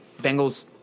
Bengals